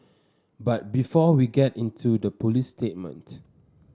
but before we get into the police statement